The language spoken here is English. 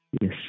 Yes